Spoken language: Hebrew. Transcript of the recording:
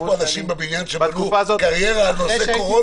יש פה אנשים בבניין שבנו קריירה על נושא קורונה.